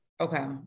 okay